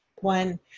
one